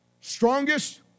strongest